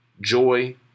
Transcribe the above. joy